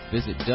Visit